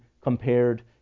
compared